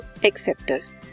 acceptors